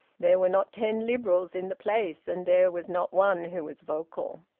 there were not ten liberals in the place, and there was not one who was vocal.